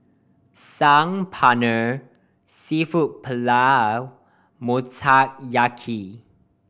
Saag Paneer Seafood Paella Motoyaki